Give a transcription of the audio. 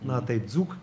na tai dzūk